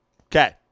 Okay